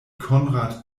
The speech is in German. konrad